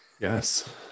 Yes